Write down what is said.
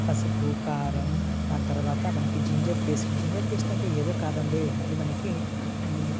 పసుపు కారం దాని తర్వాత మనకి జింజర్ పేస్ట్ జింజర్ పేస్ట్ అంటే మనకి ఏదో కాదండోయ్